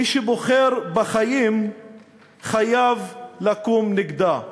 מי שבוחר בחיים חייב לקום נגדה.